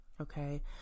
Okay